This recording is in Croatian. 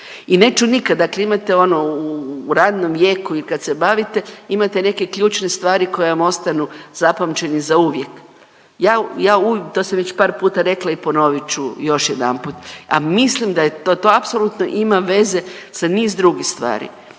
i neću nikad, dakle imate ono u radnom vijeku i kad se bavite, imate neke ključne stvari koje vam ostanu zapamćeni zauvijek. Ja .../nerazumljivo/... to sam već par puta rekla i ponovit ću još jedanput, a mislim da je to, to apsolutno ima veze sa niz drugih stvari.